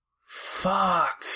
Fuck